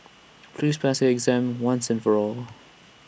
please pass your exam once and for all